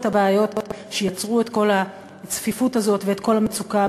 הבעיות שיצרו את כל הצפיפות הזאת ואת כל המצוקה,